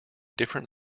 different